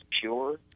pure